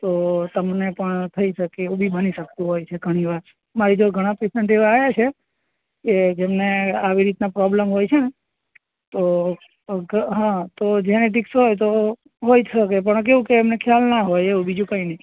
તો તમને પણ થઈ શકે એવુ બી બની શકતું હોય છે ઘણીવાર મારી જોડે ઘણાં પેશન્ટ એવાં આવ્યાં છે કે જેમને આવી રીતના પ્રોબ્લમ હોય છેને તો હા તો જેનેટિકસ હોય તો હોય શકે પણ કંઈ કેવું કે એમને ખ્યાલ ના હોય એવું બીજું કંઈ નહીં